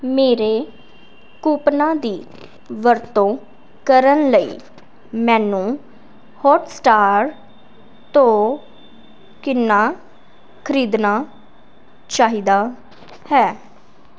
ਮੇਰੇ ਕੂਪਨਾਂ ਦੀ ਵਰਤੋਂ ਕਰਨ ਲਈ ਮੈਨੂੰ ਹੌਟਸਟਾਰ ਤੋਂ ਕਿੰਨਾ ਖ਼ਰੀਦਣਾ ਚਾਹੀਦਾ ਹੈ